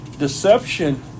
Deception